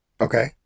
Okay